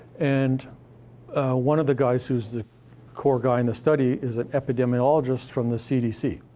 and one of the guys who's the core guy in the study, is an epidemiologist from the cdc,